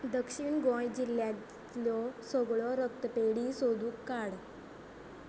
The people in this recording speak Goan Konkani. दक्षीण गोंय जिल्ल्यांतल्यो सगळ्यो रक्तपेढी सोदून काड